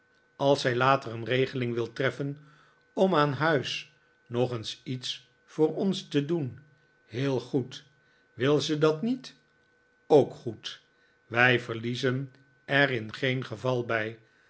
als zij later een regeling wil treffen om aan huis nog eens iets voor ons te doen heel goed wil ze dat niet ook goed wij verliezen er in geen geval bjj